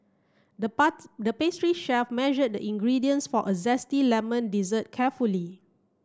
the the pastry chef measured the ingredients for a zesty lemon dessert carefully